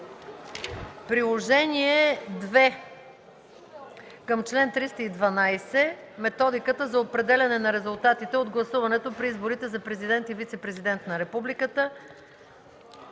Приложение № 2 към чл. 312 – „Методика за определяне на резултатите от гласуването при изборите за президент и вицепрезидент на републиката”.